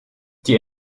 die